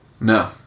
No